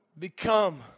Become